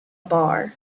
bar